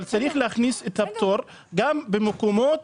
אבל צריך להכניס את הפטור גם במקומות